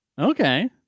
Okay